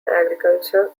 agriculture